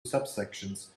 subsections